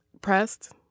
pressed